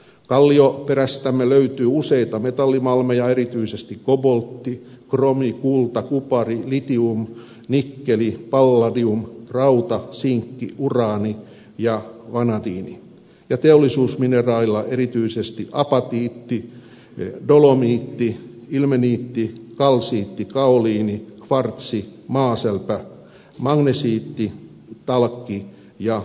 kallioperästämme löytyy useita metallimalmeja erityisesti kobolttia kromia kultaa kuparia litiumia nikkeliä palladiumia rautaa sinkkiä uraania ja vanadiinia ja teollisuusmineraaleja erityisesti apatiittia dolomiittia ilmeniittiä kalsiittia kaoliinia kvartsia maasälpää magnesiittia talkkia ja wollastoniittia